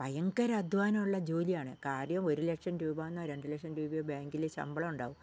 ഭയങ്കര അധ്വാനമുള്ള ജോലിയാണ് കാര്യം ഒരു ലക്ഷം രൂപാന്നോ രണ്ട് ലക്ഷം രൂപയോ ബാങ്കില് ശമ്പളം ഉണ്ടാവും